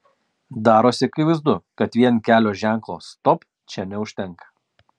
darosi akivaizdu kad vien kelio ženklo stop čia neužtenka